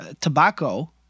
tobacco